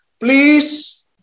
Please